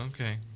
Okay